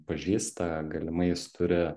pažįsta galimai jis turi